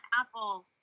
apple